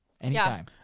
Anytime